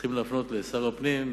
צריכים להפנות לשר הפנים,